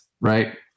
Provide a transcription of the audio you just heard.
right